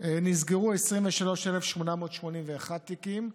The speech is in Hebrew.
ונסגרו 23,881 תיקים.